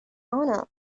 honor